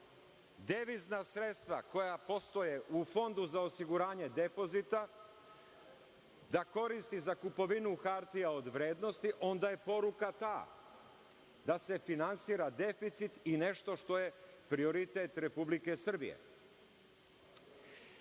devizna sredstva koja postoje u Fondu za osiguranje depozita da koristi za kupovinu hartija od vrednosti, onda je poruka ta, da se finansira deficit i nešto što je prioritet Republike Srbije. Ova